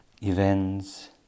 events